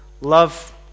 love